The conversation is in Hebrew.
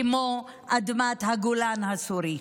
כמו אדמת הגולן הסורי.